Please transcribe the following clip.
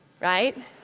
right